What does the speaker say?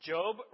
Job